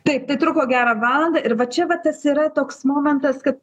taip tai truko gerą valandą ir va čia va tas yra toks momentas kad